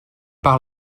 par